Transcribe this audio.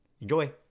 Enjoy